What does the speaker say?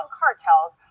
cartels